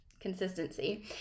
consistency